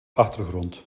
achtergrond